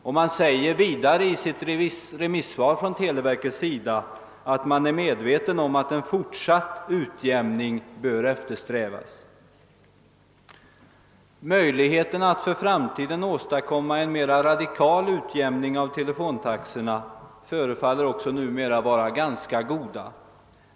Televerket säger vidare i sitt remissvar, att man är medveten om att en fortsatt utjämning bör eftersträvas. Möjligheterna att för framtiden åstadkomma en mer radikal utjämning av telefontaxorna förefaller numera vara ganska goda.